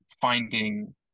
finding